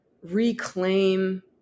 reclaim